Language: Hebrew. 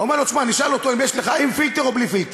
אומר לו: תשמע נשאל אותו אם יש לו עם פילטר או בלי פילטר.